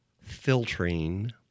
filtering